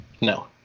No